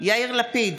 יאיר לפיד,